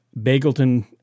Bagleton